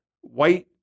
white